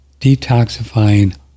detoxifying